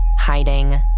hiding